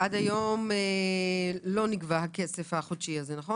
עד היום לא נגבה הכסף החודשי הזה, נכון?